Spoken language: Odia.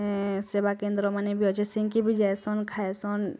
ଉଁ ସେବା କେନ୍ଦ୍ର ମାନେ ଅଛେ ଯାଇସନ୍ ଖାଇସନ୍